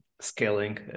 scaling